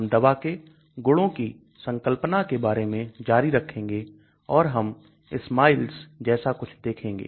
हम दवा के गुणों की संकल्पना के बारे में जारी रखेंगे और हम SMILES जैसा कुछ देखेंगे